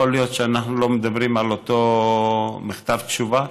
להיות שאנחנו לא מדברים על אותו מכתב תשובה,